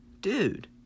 dude